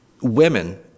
women